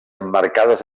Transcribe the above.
emmarcades